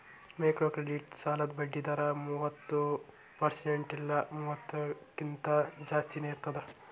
microcredit ಸಾಲದ್ ಬಡ್ಡಿ ದರ ಮೂವತ್ತ ಪರ್ಸೆಂಟ್ ಇಲ್ಲಾ ಮೂವತ್ತಕ್ಕಿಂತ ಜಾಸ್ತಿನಾ ಇರ್ತದ